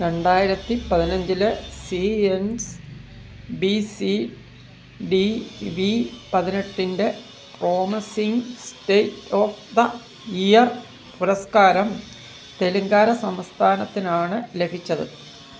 രണ്ടായിരത്തി പതിനഞ്ചിലെ C N B C D B പതിനെട്ടിൻ്റെ promising state of the year പുരസ്കാരം തെലങ്കാന സംസ്ഥാനത്തിനാണ് ലഭിച്ചത്